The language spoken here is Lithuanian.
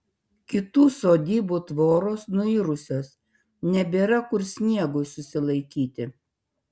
kitų sodybų tvoros nuirusios nebėra kur sniegui susilaikyti